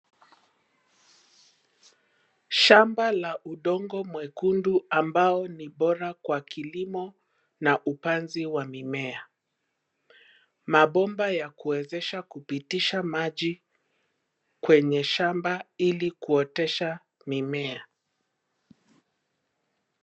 Shamba la udongo mwekundu ambao ni bora kwa kilimo na upanzi wa mimea. Mabomba ya kuwezesha kupitisha maji kwenye shamba ili kuotesha mimea.